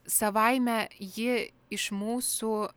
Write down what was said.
savaime ji iš mūsų